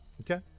okay